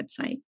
website